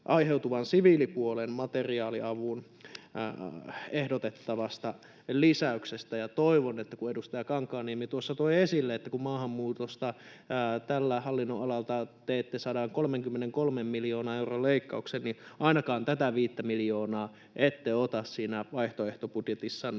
siviilipuolen materiaaliapuun ehdotettavasta lisäyksestä. Toivon, kun edustaja Kankaanniemi tuossa toi esille, että kun maahanmuutosta tällä hallinnonalalla teette 133 miljoonan euron leikkaukset, niin ainakaan tätä 5 miljoonaa ette ota siinä vaihtoehtobudjetissanne sitten